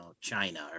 China